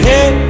Hey